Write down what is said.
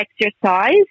exercise